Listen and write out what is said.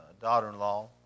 daughter-in-law